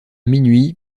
minuit